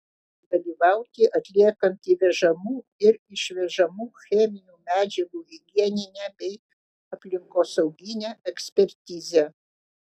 dalyvauti atliekant įvežamų ir išvežamų cheminių medžiagų higieninę bei aplinkosauginę ekspertizę